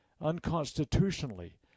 unconstitutionally